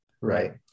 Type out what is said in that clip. right